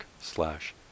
slash